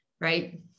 right